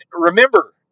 remember